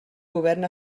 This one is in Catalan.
govern